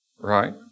right